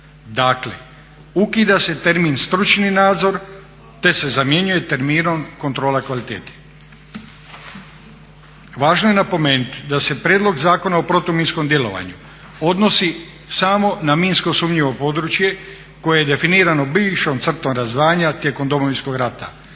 Dakle, ukida se termin stručni nadzor te se zamjenjuje terminom kontrola kvalitete. Važno je napomenuti da se Prijedlog zakona o protuminskom djelovanju odnosi samo na minsko sumnjivo područje koje je definirano bivšom crtom razdvajanja tijekom Domovinskog rata.